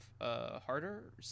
Harder